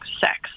sex